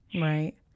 Right